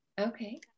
okay